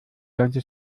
ganze